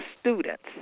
students